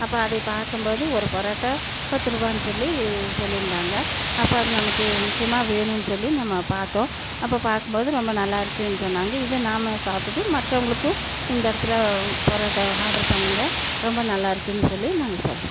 அப்போ அதை பார்க்கம் போது ஒரு பரோட்டா பத்து ரூவான்னு சொல்லி சொல்லியிருந்தாங்க அப்போ அது நமக்கு முக்கியமாக வேணுன்னு சொல்லி நம்ம பார்த்தோம் அப்போ பார்க்கும் போது ரொம்ப நல்லா இருக்குன்னு சொன்னாங்க இது நாம சாப்பிடுட்டு மற்றவங்களுக்கு இந்த இடத்துல பரோட்டாவ ஆர்ட்ரு பண்ணுங்கள் ரொம்ப நல்லா இருக்குன்னு சொல்லி நாங்கள் சொல்கிறோம்